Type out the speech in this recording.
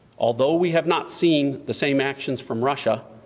although we have not seen the same actions from russia,